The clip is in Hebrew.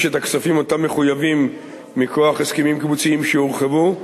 את הכספים המחויבים מכוח הסכמים קיבוציים שהורחבו,